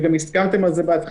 וגם הסכמתם על זה בהתחלה,